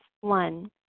One